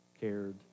cared